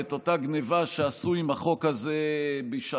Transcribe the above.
ואת אותה גנבה שעשו עם החוק הזה בשעתו.